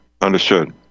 Understood